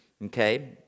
Okay